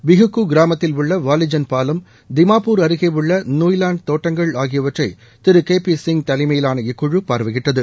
பிஹுக்கு கிராமத்தில் உள்ள வாலிஜன் பாலம் திமாப்பூர் அருகே உள்ள நூய்லாண்ட் தோட்டங்கள் ஆகியவற்றை திரு கே பி சிங் தலைமையிலான இக்குழு பார்வையிட்டது